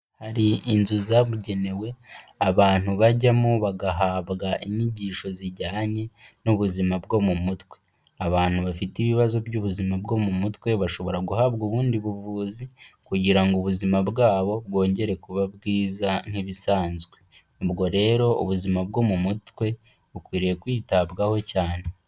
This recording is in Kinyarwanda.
Hari inzu zabugenewe abantu bajyamo bagahabwa inyigisho zijyanye n'ubuzima bwo mu mutwe, abantu bafite ibibazo by'ubuzima bwo mu mutwe bashobora guhabwa ubundi buvuzi, kugira ubuzima bwabo bwongere kuba bwiza nk'ibisanzwe, ubwo rero ubuzima bwo mu mutwe bukwiriye kwitabwaho cyane.